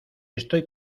estoy